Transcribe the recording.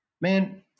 Man